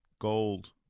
gold